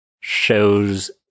shows